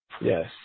Yes